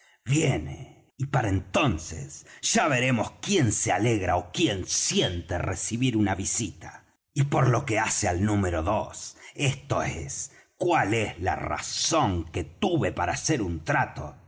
viene y para entonces ya veremos quien se alegra ó quien siente recibir una visita y por lo que hace al número dos esto es cuál es la razón que tuve para hacer un trato